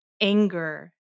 anger